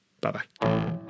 Bye-bye